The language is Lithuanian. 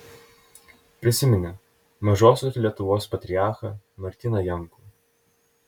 prisiminė mažosios lietuvos patriarchą martyną jankų